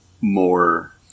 more